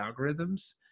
algorithms